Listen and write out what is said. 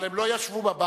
אבל הם לא ישבו בבית,